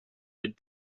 would